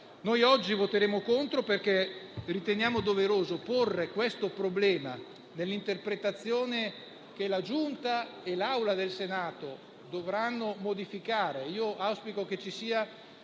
Noi oggi voteremo contro, perché riteniamo doveroso porre il problema dell'interpretazione che la Giunta e l'Assemblea del Senato dovranno modificare. Auspico che ci sia